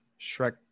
Shrek